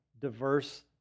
diverse